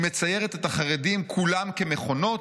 היא מציירת את החרדים כולם כמכונות,